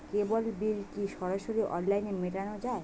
কেবল bill কি সরাসরি অনলাইনে মেটানো য়ায়?